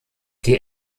die